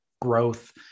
growth –